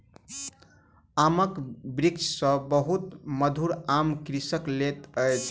आमक वृक्ष सॅ बहुत मधुर आम कृषक लैत अछि